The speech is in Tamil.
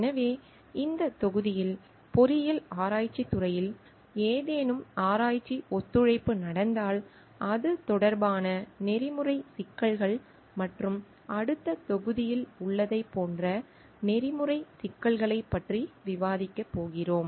எனவே இந்தத் தொகுதியில் பொறியியல் ஆராய்ச்சித் துறையில் ஏதேனும் ஆராய்ச்சி ஒத்துழைப்பு நடந்தால் அது தொடர்பான நெறிமுறை சிக்கல்கள் மற்றும் அடுத்த தொகுதியில் உள்ளதைப் போன்ற நெறிமுறை சிக்கல்களைப் பற்றி விவாதிக்கப் போகிறோம்